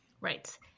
Right